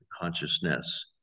consciousness